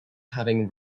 having